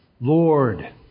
Lord